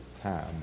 time